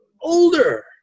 older